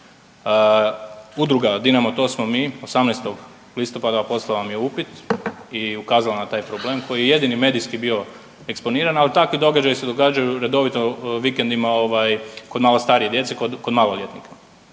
udruga Dinamo, to smo mi, 18. listopada poslala vam je upit i ukazala na taj problem koji je jedini medijski bio eksponiran, ali takvi događaji se događaju redovito vikendima kod malo starije djece, kod maloljetnika.